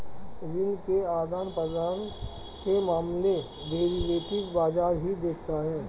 ऋण के आदान प्रदान के मामले डेरिवेटिव बाजार ही देखता है